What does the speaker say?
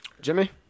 Jimmy